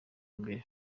imbere